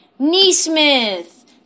Neesmith